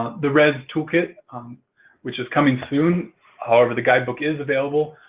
the rez toolkit which is coming soon however, the guidebook is available